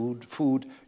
food